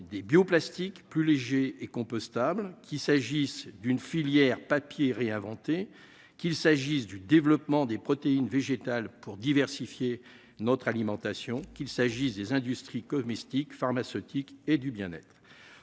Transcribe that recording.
des bio-plastiques plus léger et compostable qu'il s'agisse d'une filière papier réinventer, qu'il s'agisse du développement des protéines végétales pour diversifier notre alimentation, qu'il s'agisse des industries co-mystique pharmaceutiques et du bien-être